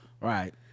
Right